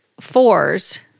fours